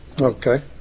Okay